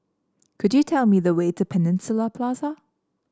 could you tell me the way to Peninsula Plaza